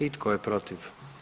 I tko je protiv?